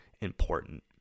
important